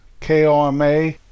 KOMA